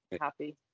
happy